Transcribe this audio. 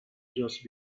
just